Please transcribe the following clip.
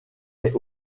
est